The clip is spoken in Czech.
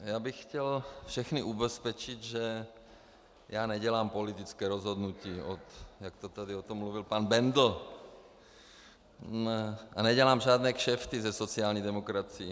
Já bych chtěl všechny ubezpečit, že já nedělám politické rozhodnutí, jak tady o tom mluvil pan Bendl, a nedělám žádné kšefty se sociální demokracií.